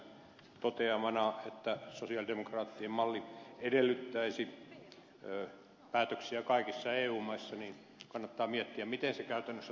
kun täällä on tullut esille ministeri kataisen toteamana että sosialidemokraattien malli edellyttäisi päätöksiä kaikissa eu maissa niin kannattaa miettiä miten sen käytännössä toteuttaisi